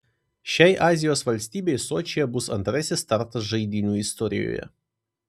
šiai azijos valstybei sočyje bus antrasis startas žaidynių istorijoje